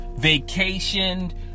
vacationed